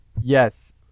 Yes